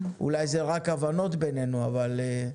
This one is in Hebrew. אולי זה רק הבנות בינינו אבל.